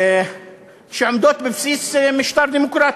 שעומדות בבסיס משטר דמוקרטי.